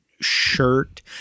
shirt